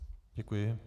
Děkuji.